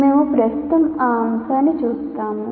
మేము ప్రస్తుతం ఆ అంశాన్ని చూస్తాము